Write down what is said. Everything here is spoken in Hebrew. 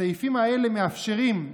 הסעיפים האלה מאפשרים,